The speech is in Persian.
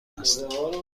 است